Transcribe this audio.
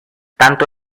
tanto